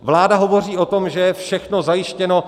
Vláda hovoří o tom, že je všechno zajištěno.